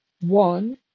one